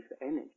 energy